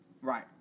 Right